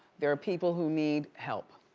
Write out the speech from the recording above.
there are people who need help.